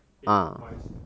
age wise